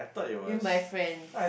with my friends